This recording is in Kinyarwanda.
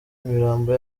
imirambo